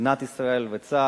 מדינת ישראל וצה"ל